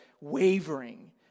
wavering